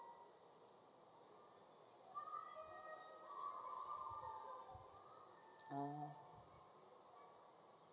orh